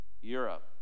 Europe